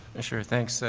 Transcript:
sure. thanks, so